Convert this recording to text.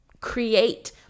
create